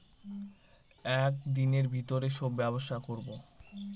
এক দিনের ভিতরে সব ব্যবসা করবো